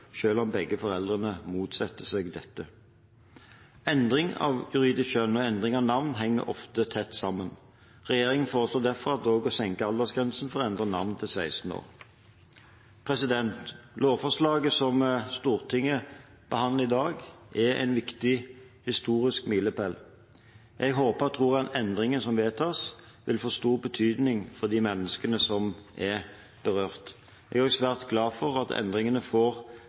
selv om begge foreldrene motsetter seg dette. Endring av juridisk kjønn og endring av navn henger ofte tett sammen. Regjeringen foreslår derfor også å senke aldersgrensen for å endre navn til 16 år. Lovforslaget som Stortinget behandler i dag, er en viktig historisk milepæl. Jeg håper og tror at de endringene som vedtas, vil få stor betydning for de menneskene som er berørt. Jeg er svært glad for at endringene får